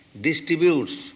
distributes